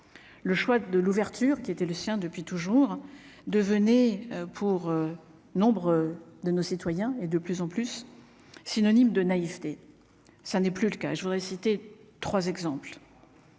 le choix de l'ouverture, qui était le sien depuis toujours, devenez pour nombre de nos citoyens et de plus en plus synonyme de naïveté, ça n'est plus le cas, je voudrais citer 3 exemples